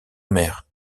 mer